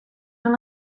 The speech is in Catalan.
una